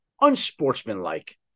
unsportsmanlike